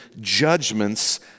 judgments